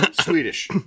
Swedish